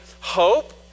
hope